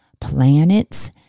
planets